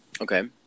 Okay